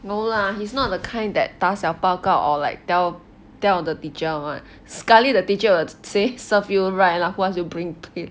no lah he's not the kind that 打小报告 or like tell tell on the teacher scarly the teachers will say serve you right lah who ask you bring it